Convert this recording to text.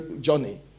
journey